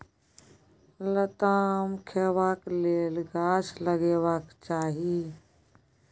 लताम खेबाक लेल गाछ लगेबाक चाही